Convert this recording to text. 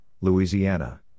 Louisiana